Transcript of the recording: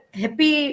happy